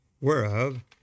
whereof